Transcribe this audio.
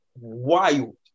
Wild